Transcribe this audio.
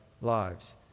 lives